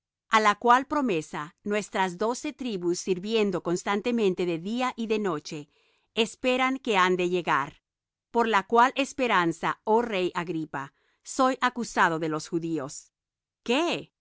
a la cual promesa nuestras doce tribus sirviendo constantemente de día y de noche esperan que han de llegar por la cual esperanza oh rey agripa soy acusado de los judíos qué